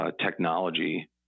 Technology